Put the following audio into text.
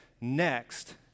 next